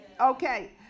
Okay